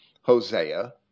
Hosea